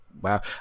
wow